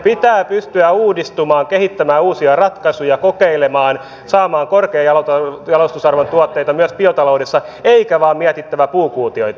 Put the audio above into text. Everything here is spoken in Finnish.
pitää pystyä uudistumaan kehittämään uusia ratkaisuja kokeilemaan saamaan korkean jalostusarvon tuotteita myös biotaloudessa eikä vain miettiä puukuutioita